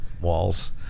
walls